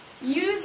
Use